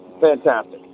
Fantastic